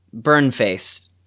Burnface